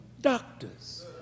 doctors